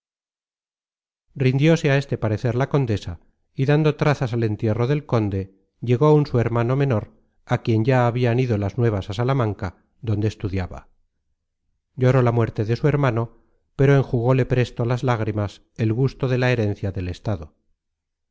rindióse á este parecer la condesa y dando trazas al entierro del conde llegó un su hermano menor á quien ya habian ido las nuevas á salamanca donde estudiaba lloró la muerte de su hermano pero enjugóle presto las lágrimas el gusto de la herencia del estado